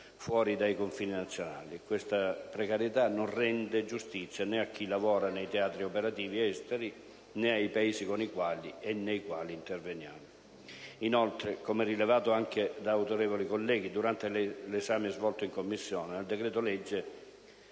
fuori dai confini nazionali. Questa precarietà non rende giustizia, né a chi lavora nei teatri operativi esteri, né ai Paesi con i quali e nei quali interveniamo. Come poi rilevato anche da autorevoli colleghi durante l'esame svolto in Commissione, nel decreto-legge